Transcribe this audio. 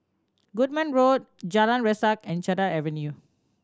Goodman Road Jalan Resak and Cedar Avenue